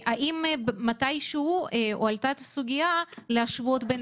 האם מתי שהוא עלתה הסוגיה להשוות בין